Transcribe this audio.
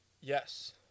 Yes